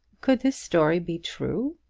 could this story be true?